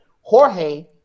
Jorge